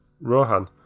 Rohan